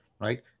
right